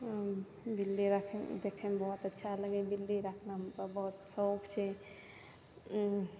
बिल्ली राखैमे देखैमे बहुत अच्छा लगैए बिल्ली रखना हमर बहुत शौक छै